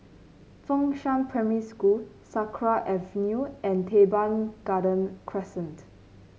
Fengshan Primary School Sakra Avenue and Teban Garden Crescent